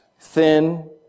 thin